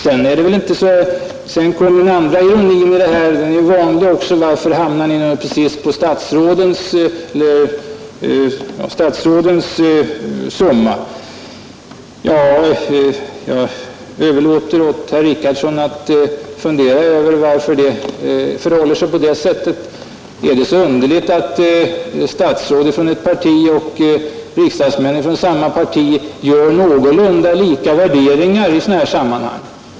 Sedan kom den andra ironiska frågan, och den är också vanlig: Varför hamnar ni precis på statsrådens summa? Jag överlåter åt herr Richardson att fundera över varför det förhåller sig på det sättet. Är det så underligt att statsråd från ett parti och riksdagsmän från samma parti gör någorlunda lika värderingar i sådana här sammanhang?